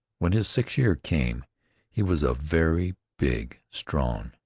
when his sixth year came he was a very big, strong,